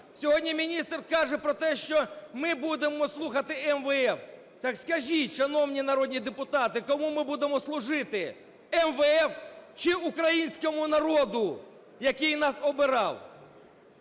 Сьогодні міністр каже про те, що ми будемо слухати МВФ. Так скажіть, шановні народні депутати, кому ми будемо служити: МВФ чи українському народу, який нас обирав?